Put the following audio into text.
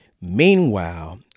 Meanwhile